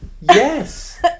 Yes